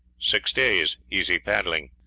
six days' easy paddling.